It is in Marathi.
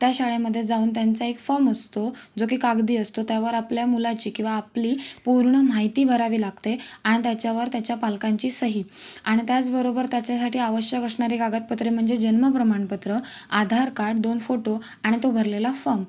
त्या शाळेमध्ये जाऊन त्यांचा एक फॉम असतो जो की कागदी असतो त्यावर आपल्या मुलाची किंवा आपली पूर्ण माहिती भरावी लागते आणि त्याच्यावर त्याच्या पालकांची सही आणि त्याचबरोबर त्याच्यासाठी आवश्यक असणारी कागदपत्रे म्हणजे जन्म प्रमाणपत्र आधार काड दोन फोटो आणि तो भरलेला फॉम